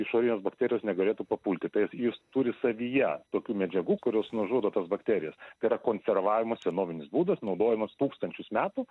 išorinės bakterijos negalėtų papulti tai jis turi savyje tokių medžiagų kurios nužudo tas bakterijos tai yra konservavimo senovinis būdas naudojamas tūkstančius metų